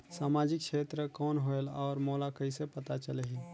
समाजिक क्षेत्र कौन होएल? और मोला कइसे पता चलही?